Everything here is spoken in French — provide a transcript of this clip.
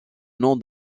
nom